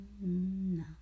no